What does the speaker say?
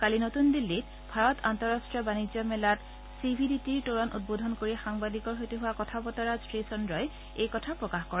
কালি নতুন দিল্লীত ভাৰত আন্তঃৰাষ্ট্ৰীয় বাণিজ্য মেলাত চি ভি ডি টিৰ তোৰণ উদ্বোধন কৰি সাংবাদিকৰ সৈতে হোৱা কথা বতৰাত শ্ৰী চন্দ্ৰই এই কথা প্ৰকাশ কৰে